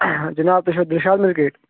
جِناب تُہۍ چھِوٕ دِل شاد میڈِکیٹ